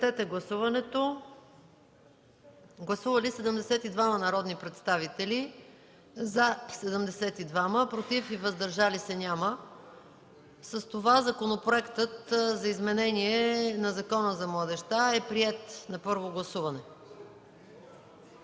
четене. Гласували 72 народни представители: за 72, против и въздържали се няма. Законопроектът за изменение на Закона за младежта е приет на първо гласуване.